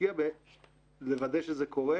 להשקיע בלוודא שזה קורה.